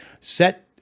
set